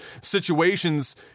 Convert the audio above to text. situations